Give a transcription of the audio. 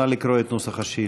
נא לקרוא את נוסח השאילתה.